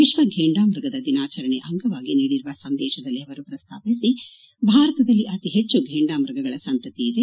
ವಿಶ್ವ ಘೇಂಡಾಮೃಗದ ದಿನಾಚರಣೆ ಅಂಗವಾಗಿ ನೀಡಿರುವ ಸಂದೇಶದಲ್ಲಿ ಅವರು ಭಾರತದಲ್ಲಿ ಅತಿ ಹೆಚ್ಚು ಫೇಂಡಾಮ್ಯಗಗಳ ಸಂತತಿ ಇದೆ